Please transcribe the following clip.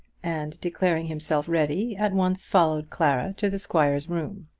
and declaring himself ready, at once followed clara to the squire's room.